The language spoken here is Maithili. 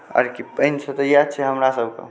आओर की पानि से तऽ इएह छै हमरा सभके